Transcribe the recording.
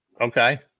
Okay